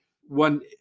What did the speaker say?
one